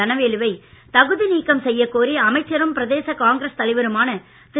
தனவேலு வை தகுதி நீக்கம் செய்யக்கோரி அமைச்சரும் பிரதேச காங்கிரஸ் தலைவருமான திரு